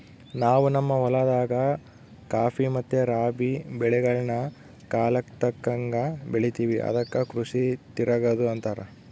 ನಾವು ನಮ್ಮ ಹೊಲದಾಗ ಖಾಫಿ ಮತ್ತೆ ರಾಬಿ ಬೆಳೆಗಳ್ನ ಕಾಲಕ್ಕತಕ್ಕಂಗ ಬೆಳಿತಿವಿ ಅದಕ್ಕ ಕೃಷಿ ತಿರಗದು ಅಂತಾರ